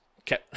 okay